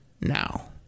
now